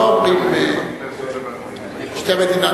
לא אומרים שתי מדינות.